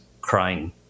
crying